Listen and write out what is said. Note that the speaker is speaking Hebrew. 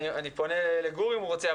אני פונה לגור אם הוא רוצה,